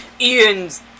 ian's